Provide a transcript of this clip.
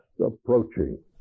approaching